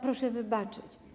Proszę wybaczyć.